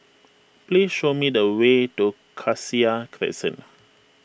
please show me the way to Cassia Crescent